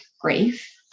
grief